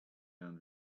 down